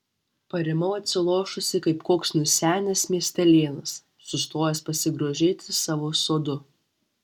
parimau atsilošusi kaip koks nusenęs miestelėnas sustojęs pasigrožėti savo sodu